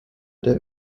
der